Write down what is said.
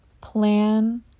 plan